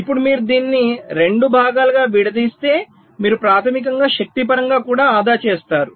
ఇప్పుడు మీరు దీనిని 2 భాగాలుగా విడదీస్తే మీరు ప్రాథమికంగా శక్తి పరంగా కూడా ఆదా చేస్తారు